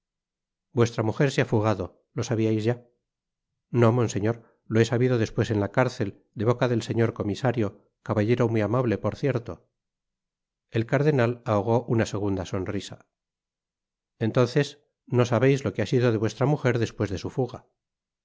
vuestra mujer se ha fugado lo sabiais ya no monseñor lo he sabido despues en la cárcel de boca del señor comisario caballero muy amable por cierto el cardenal ahogó una segunda sonrisa entonces no sabeis lo que ha sido de vuestra mujer despues de su fuga